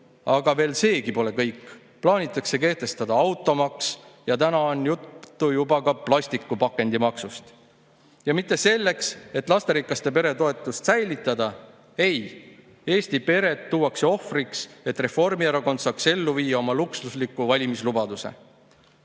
Aga veel seegi pole kõik – plaanitakse kehtestada automaks ja täna on juttu juba ka plastpakendimaksust. Ja mitte selleks, et lasterikaste perede toetust säilitada. Ei. Eesti pered tuuakse ohvriks, et Reformierakond saaks ellu viia oma luksusliku valimislubaduse. Neid,